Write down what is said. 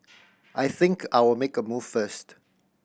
I think I'll make a move first